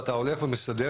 ואתה הולך ומסדר,